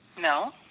no